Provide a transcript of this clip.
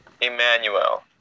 Emmanuel